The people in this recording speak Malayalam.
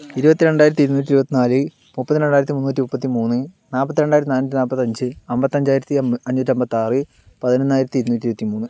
ഇരുപത്തി രണ്ടായിരത്തി ഇരുന്നൂറ്റി ഇരുപത്തിനാല് മുപ്പത്തി രണ്ടായിരത്തി മുന്നൂറ്റി മുപ്പത്തിമൂന്ന് നാൽപ്പത്തി രണ്ടായിരത്തി നാന്നൂറ്റി നാൽപ്പത്തി അഞ്ച് അമ്പത്തഞ്ചായിരത്തി അഞ്ഞൂറ്റി അൻപത്തി ആറ് പതിനൊന്നായിരത്തി ഇരുന്നൂറ്റി ഇരുപത്തി മൂന്ന്